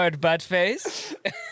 Buttface